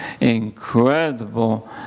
incredible